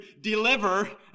deliver